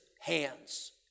hands